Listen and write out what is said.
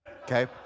okay